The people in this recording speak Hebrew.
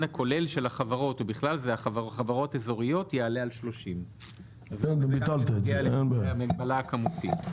הכולל של החברות ובכלל זה חברות אזוריות יעלה על 30. זה המגבלה הכמותית.